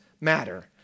matter